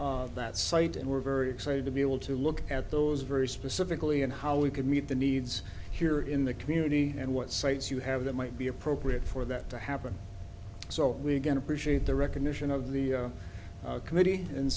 of that site and we're very excited to be able to look at those very specifically and how we could meet the needs here in the community and what sites you have that might be appropriate for that to happen so we again appreciate the recognition of the committee and